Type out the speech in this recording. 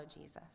Jesus